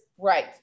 right